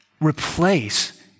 replace